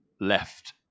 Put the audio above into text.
left